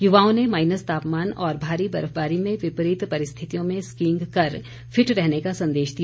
युवाओं ने माईनस तापमान और भारी बर्फबारी में विपरीत परिस्थितियों में स्कींईग कर फिट रहने का संदेश दिया